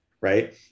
Right